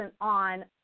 on